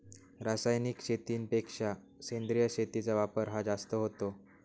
रासायनिक शेतीपेक्षा सेंद्रिय शेतीचा वापर हा जास्त होतो